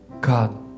God